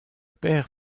père